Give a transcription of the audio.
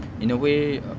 in a way err